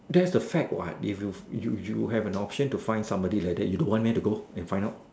that's a fact what if you if you if you have an option to find somebody like that you don't want meh to go and find out